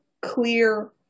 clear